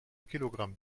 kilogramm